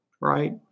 right